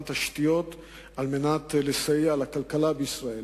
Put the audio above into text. תשתיות על מנת לסייע לכלכלה בישראל,